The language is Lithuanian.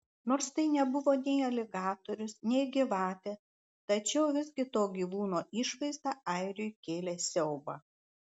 nors tai nebuvo nei aligatorius nei gyvatė tačiau visgi to gyvūno išvaizda airiui kėlė siaubą